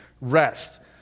rest